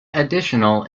additional